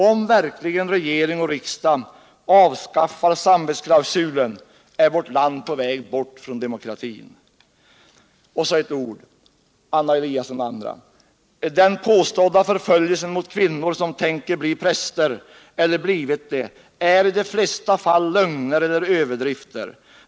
Om regering och riksdag verkligen avskaffar samvetsklausulen, är vårt land på väg bort från demokratin. Och så ett ord, Anna Eliasson och andra! Den påstådda förföljelsen mot kvinnor som tänker bli präster eller blivit det, är i de flesta fall lögner eller överdrifter.